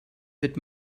wird